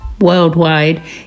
worldwide